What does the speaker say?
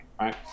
right